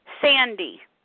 Sandy